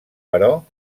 però